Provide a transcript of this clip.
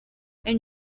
and